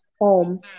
home